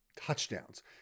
touchdowns